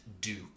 Duke